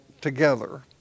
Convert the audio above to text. together